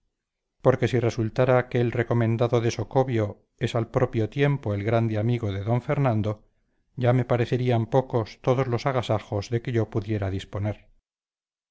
porque si resultara que el recomendado de socobio es al propio tiempo el grande amigo de don fernando ya me parecerían pocos todos los agasajos de que yo pudiera disponer